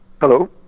Hello